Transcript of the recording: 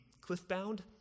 cliff-bound